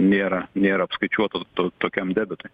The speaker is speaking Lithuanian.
nėra nėra apskaičiuotos tokiam debetui